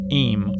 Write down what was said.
aim